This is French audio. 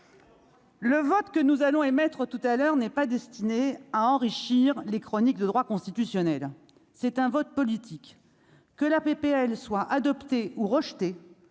Le vote que nous allons émettre tout à l'heure n'est pas destiné à enrichir les chroniques de droit constitutionnel, c'est un vote politique que la PPL soit adopté ou rejeté